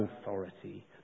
authority